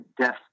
death